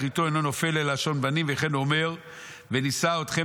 "אחריתו אינו נופל אלא על לשון בנים וכן הוא אומר ונשא אתכם